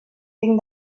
tinc